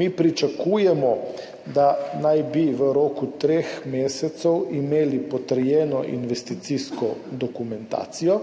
Mi pričakujemo, da bi imeli v roku treh mesecev potrjeno investicijsko dokumentacijo.